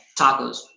tacos